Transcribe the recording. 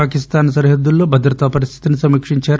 పాకిస్తాన్ సరిహద్దుల్లో భద్రతా పరిస్లితని సమీక్షించారు